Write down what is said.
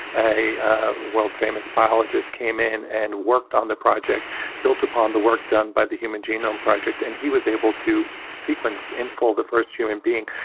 a world-famous biologist, came in and worked on the project built upon the work done by the human genome project. and he was able to sequence, in full, the first human being,